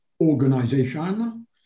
organization